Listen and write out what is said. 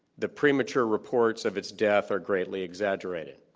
the premature reports of its death are greatly exaggerated.